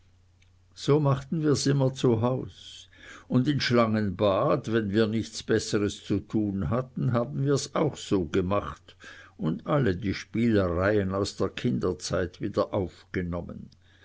so machten wir's immer zu haus und in schlangenbad wenn wir nichts besseres zu tun hatten haben wir's auch so gemacht und alle die spielereien aus der kinderzeit